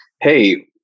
hey